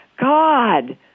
God